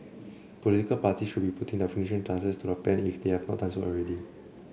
political parties should be putting the finishing touches to their plans if they have not done so already